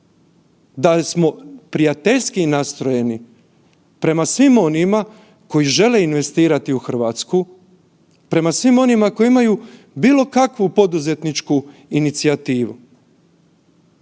da smo prijateljski nastrojeni prema svima onima koji žele investirati u Hrvatsku, prema svima onima koji imaju bilo kakvu poduzetničku inicijativu.